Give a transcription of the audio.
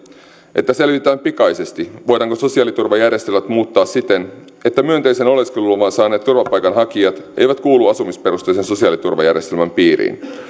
että selvitetään pikaisesti voidaanko sosiaaliturvajärjestelmät muuttaa siten että myönteisen oleskeluluvan saaneet turvapaikanhakijat eivät kuulu asumisperusteisen sosiaaliturvajärjestelmän piiriin